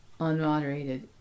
unmoderated